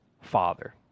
Father